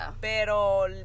Pero